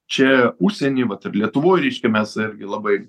čia užsieny vat ir lietuvoj reiškia mes irgi labai